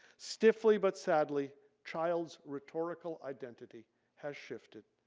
stiffly but sadly child's rhetorical identity has shifted.